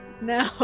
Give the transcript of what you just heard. No